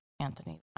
Anthony